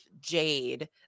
jade